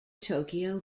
tokyo